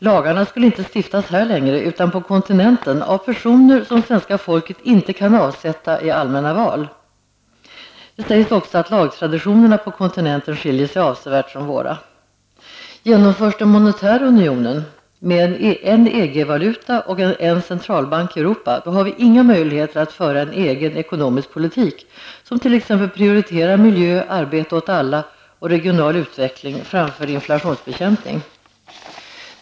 Lagarna skulle inte längre stiftas i Sverige, utan på kontinenten av personer som svenska folket inte kan avsätta i allmänna val. Det sägs också att lagtraditionerna på kontintenten skiljer sig avsevärt från våra. valuta och en centralbank i Europa, har vi inga möjligheter att föra en egen ekonomisk politik som t.ex. prioriterar miljö, arbete åt alla och regional utveckling framför inflationsbekämpning.